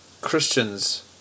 Christians